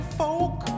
folk